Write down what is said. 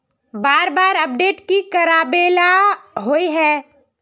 बार बार अपडेट की कराबेला होय है?